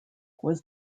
was